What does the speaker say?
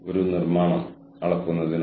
പക്ഷേ ചില സ്ഥലങ്ങളിൽ അത് ആവശ്യമായി വന്നേക്കാം